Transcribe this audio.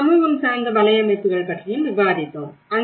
சமூகம் சார்ந்த வலையமைப்புகள் பற்றியும் விவாதித்தோம்